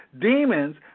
Demons